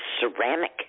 ceramic